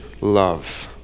love